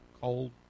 cold